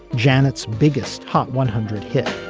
janet's biggest hot one hundred hit